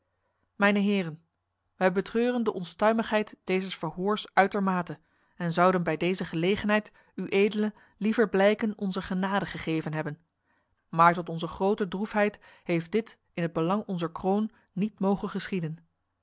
mijne heren wij betreuren de onstuimigheid dezes verhoors uitermate en zouden bij deze gelegenheid uedele liever blijken onzer genade gegeven hebben maar tot onze grote droefheid heeft dit in het belang onzer kroon niet mogen geschieden